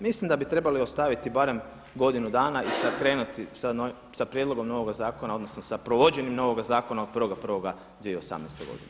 Mislim da bi trebali ostaviti barem godinu dana i krenuti s prijedlogom novoga zakona odnosno s provođenjem novog zakona od 1.1.2018. godine.